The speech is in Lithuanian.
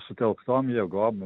sutelktom jėgom